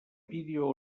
vídeo